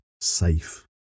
safe